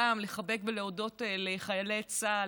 גם לחבק ולהודות לחיילי צה"ל,